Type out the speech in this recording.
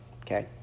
okay